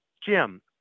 Jim